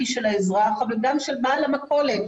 גם המועצות וגם הרשויות המקומיות.